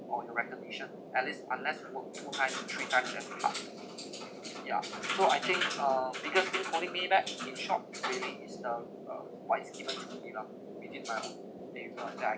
or your recognition at least unless you work two times time to three times as hard yeah so I think uh biggest to holding me back in short is really is the uh what is given to me lah within my favour that I